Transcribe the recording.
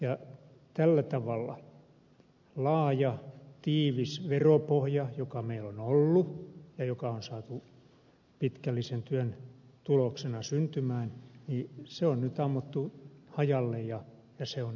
tällä tavalla laaja tiivis veropohja joka meillä on ollut ja joka on saatu pitkällisen työn tuloksena syntymään on nyt ammuttu hajalle ja rapautettu